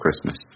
Christmas